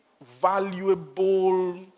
valuable